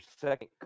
second